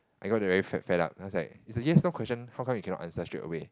I got very fed up I was like it's a yes no question how come you cannot answer straightaway